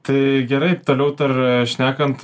tai gerai toliau dar šnekant